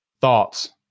thoughts